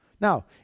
Now